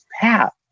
Pat